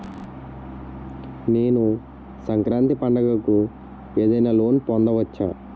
నేను సంక్రాంతి పండగ కు ఏదైనా లోన్ పొందవచ్చా?